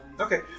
Okay